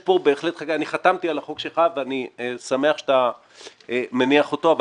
אני חתמתי על החוק שלך ואני שמח שאתה מניח אותו אבל